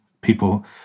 people